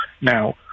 Now